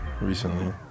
recently